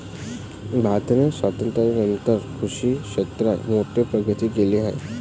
भारताने स्वातंत्र्यानंतर कृषी क्षेत्रात मोठी प्रगती केली आहे